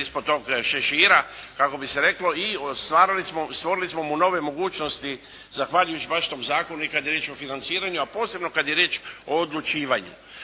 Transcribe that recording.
ispod tog šešira kako bi se reklo i stvorili smo mu nove mogućnosti zahvaljujući baš tom zakonu i kad je riječ o financiranju, a posebno kad je riječ o odlučivanju.